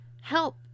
help